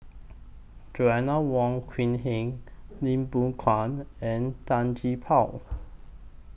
Joanna Wong Quee Heng Lim Biow Chuan and Tan Gee Paw